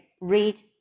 read